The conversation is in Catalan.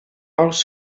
els